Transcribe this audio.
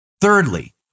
Thirdly